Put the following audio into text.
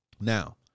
now